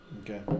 Okay